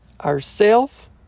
ourself